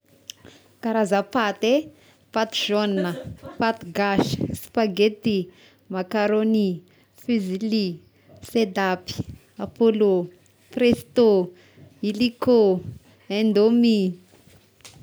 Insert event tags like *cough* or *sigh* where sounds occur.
*noise* Karaza paty eh: paty zôna, *noise* paty gasy, spaghetti, makaroni, fuzily, sedapy, apollo, presto, illico, indomie.